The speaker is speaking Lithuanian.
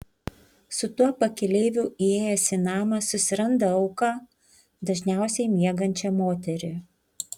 su tuo pakeleiviu įėjęs į namą susiranda auką dažniausiai miegančią moterį